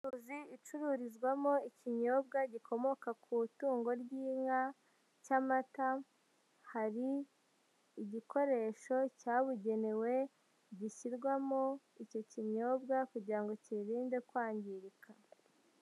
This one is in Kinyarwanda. Inzu icururizwamo ikinyobwa gikomoka ku itungo ry'inka, cy'amata, hari igikoresho cyabugenewe gishyirwamo icyo kinyobwa kugira ngo kibirinde kwangirika.